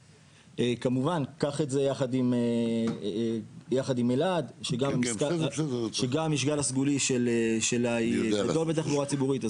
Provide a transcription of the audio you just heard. כמובן קח את זה יחד עם אלעד שגם המשקל הסגולי שלה גדול בתחבורה ציבורית,